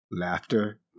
laughter